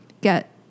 get